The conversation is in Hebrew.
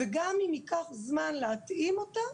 גם אם ייקח זמן להתאים אותה,